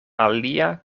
alia